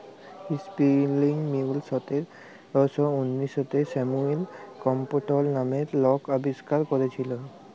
spinning mule সতের শ উনআশিতে স্যামুয়েল ক্রম্পটল লামের লক আবিষ্কার ক্যইরেছিলেল